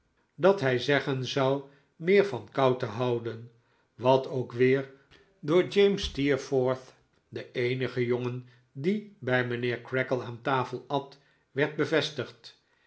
dat hij zeggen zou meer van koud te houden wat ook weer door j steerforth de eenige jongen die bij mijnheer creakle aan tafel at werd bevestigd